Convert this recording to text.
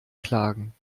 klagen